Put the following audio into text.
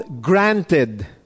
granted